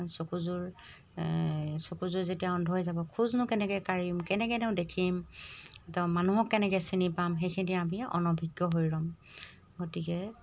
চকুযোৰ চকুযোৰ যেতিয়া অন্ধ হৈ যাব খোজনো কেনেকৈ কাঢ়িম কেনেকৈনো দেখিম তো মানুহক কেনেকৈ চিনি পাম সেইখিনি আমি অনভিজ্ঞ হৈ ৰ'ম গতিকে